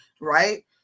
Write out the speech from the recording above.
right